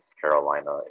Carolina